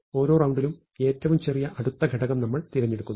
ഓരോ റൌണ്ടിലും ഏറ്റവും ചെറിയ അടുത്ത ഘടകം നമ്മൾ തിരഞ്ഞെടുക്കുന്നു